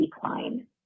decline